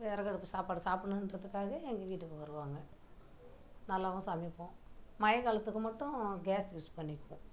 விறகு அடுப்பு சாப்பாடு சாப்பிட்ணுன்றதுக்காகவே எங்கள் வீட்டுக்கு வருவாங்க நல்லாவும் சமைப்போம் மழை காலத்துக்கு மட்டும் கேஸ் யூஸ் பண்ணிக்குவோம்